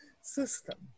system